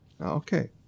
Okay